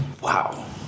Wow